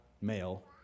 male